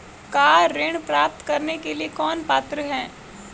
Car ऋण प्राप्त करने के लिए कौन पात्र है?